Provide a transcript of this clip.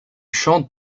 chantent